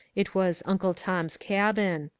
it was uncle tom's cabin.